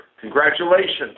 Congratulations